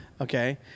Okay